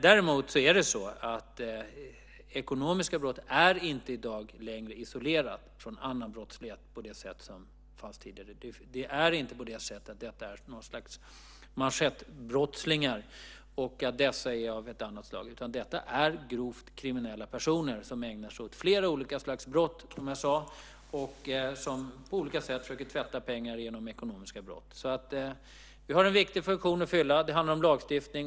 Däremot är ekonomiska brott i dag inte längre isolerade från annan brottslighet. Det är inte fråga om manschettbrottslingar utan det är fråga om grovt kriminella personer som ägnar sig åt flera olika slags brott och som på olika sätt försöker tvätta pengar med hjälp av ekonomiska brott. Vi har en viktig funktion att fylla. Det handlar om lagstiftning.